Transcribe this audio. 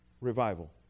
revival